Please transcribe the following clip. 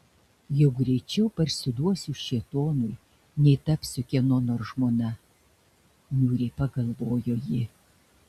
jau greičiau parsiduosiu šėtonui nei tapsiu kieno nors žmona niūriai pagalvojo ji